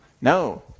No